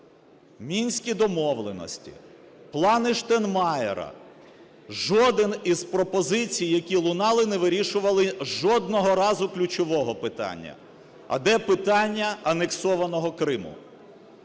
Мінські домовленості, "плани Штайнмайєра", жодна із пропозицій, які лунали, не вирішували жодного разу ключового питання: а де питання анексованого Криму?